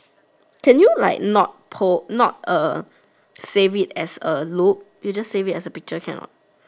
can you like not po~ not uh save it as a loop you just save it as a picture can not